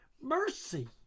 mercy